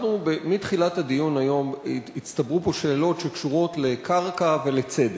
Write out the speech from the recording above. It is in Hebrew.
מתחילת הדיון היום הצטברו פה שאלות שקשורות לקרקע ולצדק.